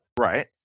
right